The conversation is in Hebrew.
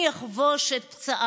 חלשה